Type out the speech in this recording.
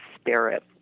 spirit